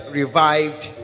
revived